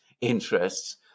interests